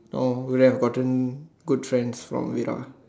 no wouldn't have gotten good friends from it lah